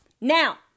Now